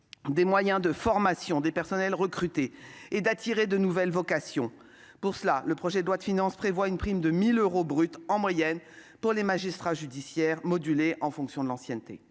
les moyens de formation des personnels recrutés et d'attirer de nouvelles vocations. Pour cela, le PLF prévoit une prime de 1 000 euros brut en moyenne pour les magistrats judiciaires, modulée en fonction de l'ancienneté.